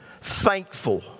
thankful